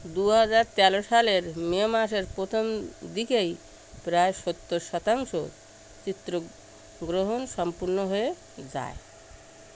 দু হাজার তেরো সালের মে মাসের প্রথম দিকেই প্রায় সত্তর শতাংশ চিত্রগ্রহণ সম্পূর্ণ হয়ে যায়